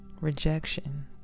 Rejection